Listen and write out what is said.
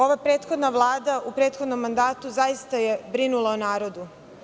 Ova prethodna Vlada u prethodnom mandatu zaista je brinula o narodu.